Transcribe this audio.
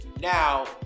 Now